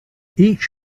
each